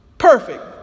Perfect